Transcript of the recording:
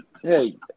Hey